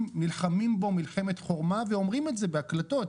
נלחמים בו מלחמת חורמה ואומרים את זה בהקלטות,